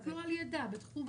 רק לא על ידה - בתחומה.